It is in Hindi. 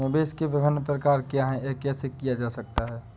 निवेश के विभिन्न प्रकार क्या हैं यह कैसे किया जा सकता है?